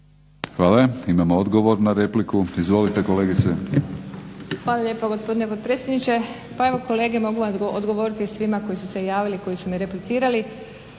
Hvala. Imamo odgovor na repliku. Izvolite kolegice. **Šimac Bonačić, Tatjana (SDP)** Hvala lijepo gospodine potpredsjedniče. Pa evo kolege mogu vam odgovoriti svima koji su se javili i koji su mi replicirali.